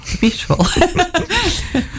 beautiful